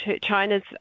China's